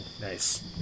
Nice